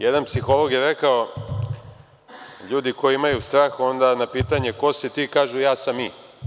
Jedan psiholog je rekao – ljudi koji imaju strah, na pitanje – ko si ti, kažu – ja sam mi.